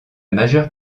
majeure